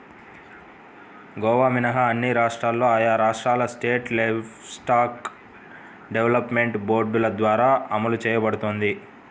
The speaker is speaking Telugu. గోవా మినహా అన్ని రాష్ట్రాల్లో ఆయా రాష్ట్రాల స్టేట్ లైవ్స్టాక్ డెవలప్మెంట్ బోర్డుల ద్వారా అమలు చేయబడుతోంది